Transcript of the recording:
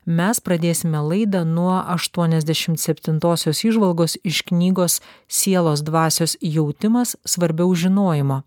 mes pradėsime laidą nuo aštuoniasdešim septintosios įžvalgos iš knygos sielos dvasios jautimas svarbiau žinojimo